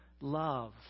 love